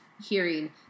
hearing